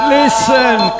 Listen